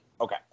Okay